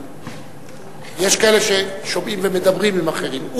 יש כאלה ששומעים ומדברים עם אחרים.